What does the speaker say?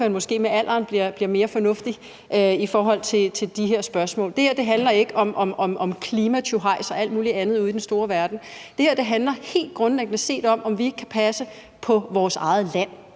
så måske med alderen bliver mere fornuftig i forhold til de her spørgsmål. Det her handler ikke om klimatjuhej og alt muligt andet ude i den store verden. Det her handler helt grundlæggende om, at vi ikke kan passe på vores eget land,